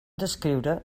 descriure